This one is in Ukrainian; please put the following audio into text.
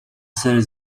серед